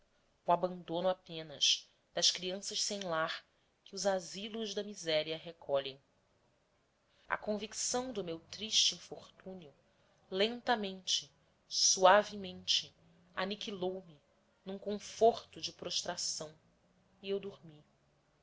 o abandono apenas das crianças sem lar que os asilos da miséria recolhem a convicção do meu triste infortúnio lentamente suavemente aniquilou me num conforto de prostração e eu dormi